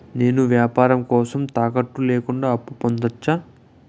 నేను వ్యాపారం కోసం తాకట్టు లేకుండా అప్పు పొందొచ్చా?